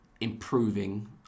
improving